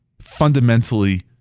fundamentally